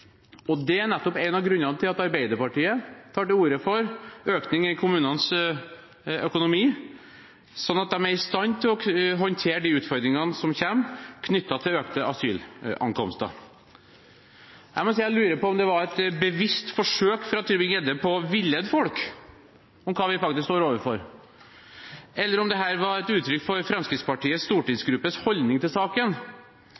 én. Det er nettopp en av grunnene til at Arbeiderpartiet tar til orde for økning i kommunenes økonomi, slik at de er i stand til å håndtere de utfordringene som kommer, knyttet til økte asylankomster. Jeg må si at jeg lurer på om det var et bevisst forsøk fra Tybring-Gjedde på å villede folk om hva vi faktisk står overfor, eller om dette var et uttrykk for Fremskrittspartiets stortingsgruppes holdning til saken,